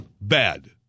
Bad